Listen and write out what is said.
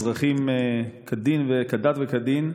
אזרחים כדת וכדין,